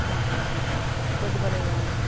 অঁ অঁ অঁ কৈ দিব লাগিব অঁ